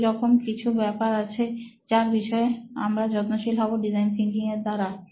এইরকম কিছু ব্যাপার আছে যার বিষয়ে আমরা যত্নশীল হব ডিজাইন থিংকিং এর দ্বারা